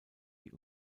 die